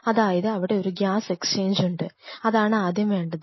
അതായത് അവിടെ ഒരു ഗ്യാസ് എക്സ്ചേഞ്ച് ഉണ്ട് അതാണ് ആദ്യം വേണ്ടതും